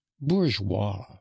bourgeois